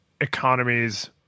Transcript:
economies